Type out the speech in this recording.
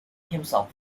himself